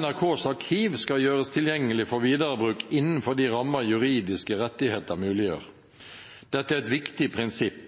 NRKs arkiv skal gjøres tilgjengelig for videre bruk innenfor de rammene juridiske rettigheter muliggjør. Dette er et viktig prinsipp.